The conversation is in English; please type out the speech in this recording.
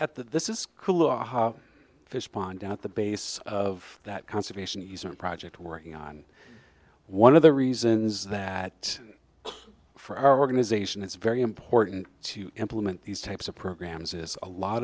at the this is cool fish pond at the base of that conservation easement project working on one of the reasons that for our organization it's very important to implement these types of programs is a lot